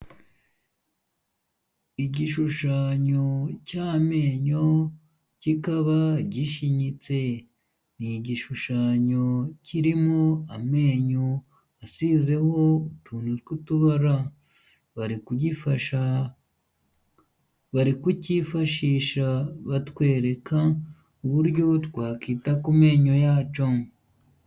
Igishushanyo cy'amenyo kikaba gishinyitse, ni igishushanyo kirimo amenyo asizeho utuntu tw'utubara, bari kukifashisha batwereka uburyo twakwita ku menyo yacu.